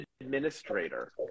administrator